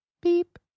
Beep